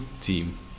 team